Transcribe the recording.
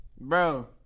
Bro